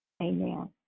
Amen